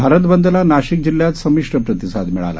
भारतबंदलानाशिकजिल्हयातसंमिश्रप्रतिसादमिळाला